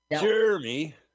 Jeremy